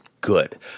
good